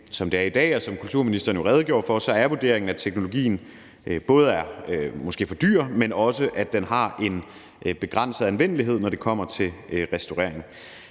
som det er i dag, og som kulturministeren jo redegjorde for, så er vurderingen, at teknologien måske er for dyr, og at den også har en begrænset anvendelighed, når det kommer til restaurering.